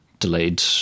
delayed